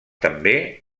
també